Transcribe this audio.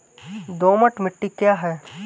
दोमट मिट्टी क्या है?